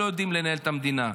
לא יודעים לנהל את המדינה.